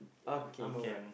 okay can